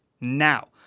Now